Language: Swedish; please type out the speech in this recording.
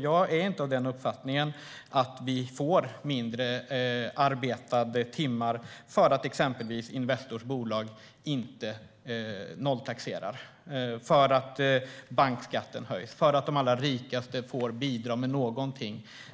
Jag är inte av uppfattningen att vi får färre arbetade timmar om exempelvis Investors bolag inte nolltaxerar, om bankskatten höjs eller om de allra rikaste får bidra med något